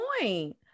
point